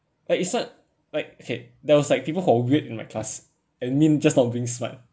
like it's not like okay there was like people who are weird in my class and me just not being smart